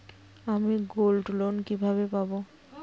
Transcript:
আমি গোল্ডলোন কিভাবে পাব?